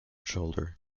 shoulder